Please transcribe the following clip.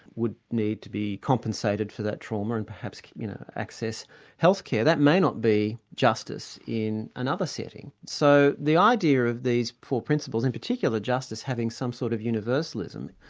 would need to be compensated for that trauma and perhaps you know access health care. that may not be justice in another setting. so the idea of these four principles, in particular justice having some sort of universalism,